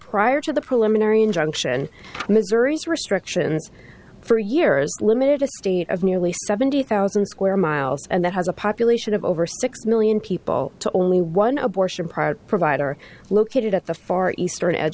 prior to the preliminary injunction missouri's restrictions for years limited a state of nearly seventy thousand square miles and that has a population of over six million people to only one abortion private provider located at the far eastern edge